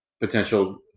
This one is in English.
potential